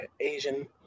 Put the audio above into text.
Asian